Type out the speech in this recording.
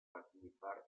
participar